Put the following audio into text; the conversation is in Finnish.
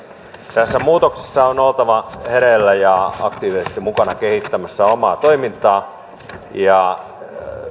tässä muutoksessa on oltava hereillä ja aktiivisesti mukana kehittämässä omaa toimintaa